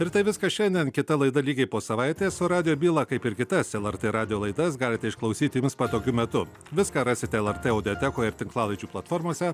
ir tai viskas šiandien kita laida lygiai po savaitės o radijo bylą kaip ir kitas lrt radijo laidas galite išklausyti jums patogiu metu viską rasite lrt audiotekoje ir tinklalaidžių platformose